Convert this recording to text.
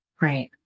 right